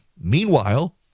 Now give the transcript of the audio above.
Meanwhile